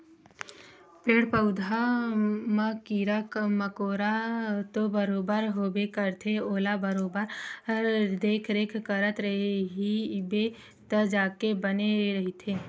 पेड़ पउधा म कीरा मकोरा तो बरोबर होबे करथे ओला बरोबर देखरेख करत रहिबे तब जाके बने रहिथे